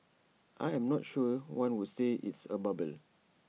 I am not sure one would say it's A bubble